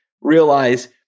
realize